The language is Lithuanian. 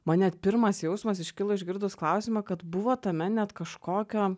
man net pirmas jausmas iškilo išgirdus klausimą kad buvo tame net kažkokio